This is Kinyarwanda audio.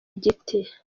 igiti